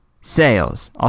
Sales